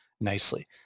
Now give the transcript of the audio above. nicely